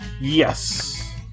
Yes